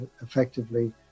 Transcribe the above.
effectively